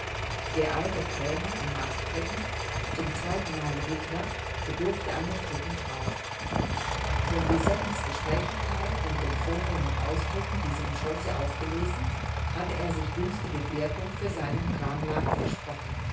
der alte krämer im marktflecken zum zweitenmale witwer bedurfte einer dritten frau von lisettens gesprächigkeit und den vornehmen ausdrücken die sie im schlosse aufgelesen hatte er sich günstige wirkung für seinen kramladen versprochen